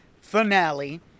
finale